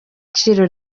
iciro